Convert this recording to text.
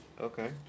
okay